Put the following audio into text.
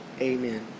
Amen